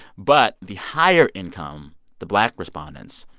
but the higher income the black respondents,